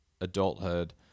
adulthood